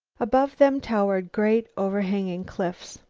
above them towered great, overhanging cliffs.